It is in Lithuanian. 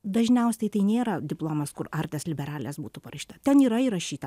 dažniausiai tai nėra diplomas kur artes liberales būtų parašyta ten yra įrašyta